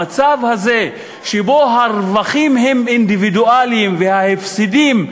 המצב הזה שבו הרווחים הם אינדיבידואליים וההפסדים,